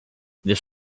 this